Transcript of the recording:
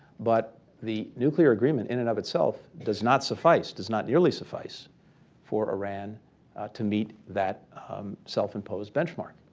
but the nuclear agreement in and of itself does not suffice, does not nearly suffice for iran to meet that self-imposed benchmark.